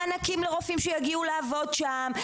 מענקים לרופאים שיגיעו לעבוד שם,